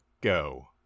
go